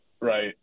Right